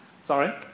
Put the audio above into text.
Sorry